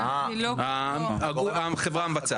החברה המבצעת.